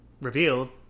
revealed